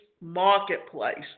marketplace